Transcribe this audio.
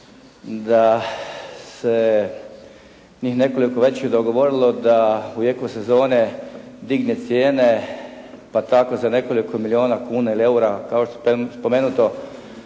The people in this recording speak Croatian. da se njih nekoliko većih dogovorilo da u jeku sezone digne cijene pa tako za nekoliko milijuna kuna ili eura kao što je spomenuto,